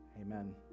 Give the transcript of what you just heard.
Amen